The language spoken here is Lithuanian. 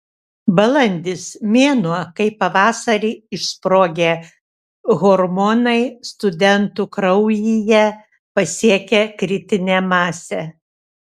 balandis mėnuo kai pavasarį išsprogę hormonai studentų kraujyje pasiekia kritinę masę